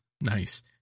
Nice